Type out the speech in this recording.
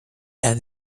and